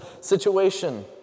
situation